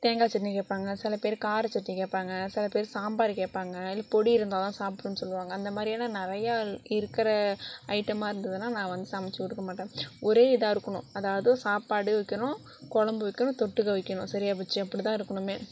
தேங்காய் சட்னி கேட்பாங்க சில பேர் கார சட்னி கேட்பாங்க சில பேர் சாம்பார் கேட்பாங்க இல்லை பொடி இருந்தால் தான் சாப்பிடுவேன்னு சொல்லுவாங்க அந்த மாதிரியான நிறையா இருக்கிற ஐட்டமாக இருந்ததுனால் நான் வந்து சமைத்து கொடுக்க மாட்டேன் ஒரே இதாக இருக்கணும் அதாவது சாப்பாடு வைக்கணும் குழம்பு வைக்கணும் தொட்டுக்க வைக்கணும் சரியாப்போச்சு அப்படி தான் இருக்கணுமே